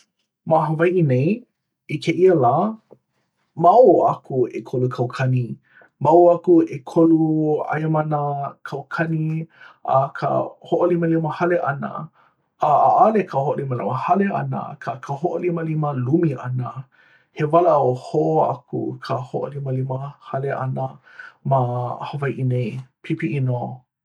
ma hawaiʻi nei? i kēia lā? ma ʻō aku ʻekolu kaukani ma ʻō aku ʻekolu aia ma nā kaukani a ka hoʻolimalima hale ʻana a ʻaʻale ka hoʻolimalima hale ʻana ka hoʻolimalima lumi ʻana he walaʻau hou aku ka hoʻolimalima hale ʻana ma Hawaiʻi nei pīpiʻi nō.